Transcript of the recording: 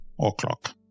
o'clock